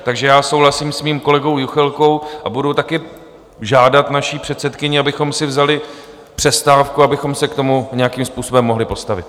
Takže já souhlasím se svým kolegou Juchelkou a budu taky žádat naši předsedkyni, abychom si vzali přestávku, abychom se k tomu nějakým způsobem mohli postavit.